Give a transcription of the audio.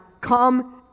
come